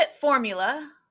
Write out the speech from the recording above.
formula